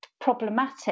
problematic